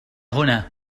هنا